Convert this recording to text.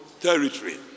territory